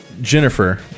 Jennifer